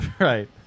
Right